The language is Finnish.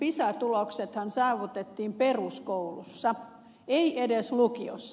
pisa tuloksethan saavutettiin peruskoulussa ei edes lukiossa